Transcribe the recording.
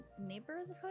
neighborhood